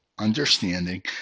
understanding